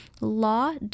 law